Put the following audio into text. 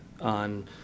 on